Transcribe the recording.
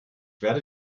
werde